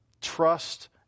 trust